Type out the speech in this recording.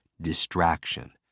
distraction